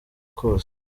kose